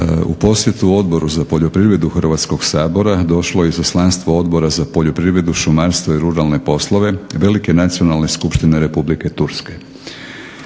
U posjetu Odboru za poljoprivredu Hrvatskog sabora došlo je izaslanstvo Odbora za poljoprivredu, šumarstvo i ruralne poslove Velike nacionalne Skupštine Republike Turske.